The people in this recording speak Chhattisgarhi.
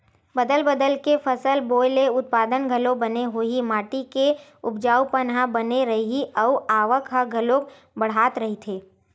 बदल बदल के फसल बोए ले उत्पादन घलोक बने होही, माटी के उपजऊपन ह बने रइही अउ आवक ह घलोक बड़ाथ रहीथे